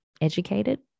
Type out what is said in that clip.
educated